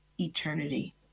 eternity